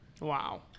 Wow